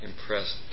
impressed